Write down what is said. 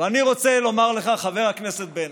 אני רוצה לומר לך, חבר הכנסת בנט: